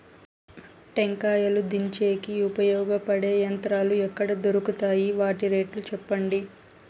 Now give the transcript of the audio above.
టెంకాయలు దించేకి ఉపయోగపడతాయి పడే యంత్రాలు ఎక్కడ దొరుకుతాయి? వాటి రేట్లు చెప్పండి?